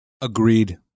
Agreed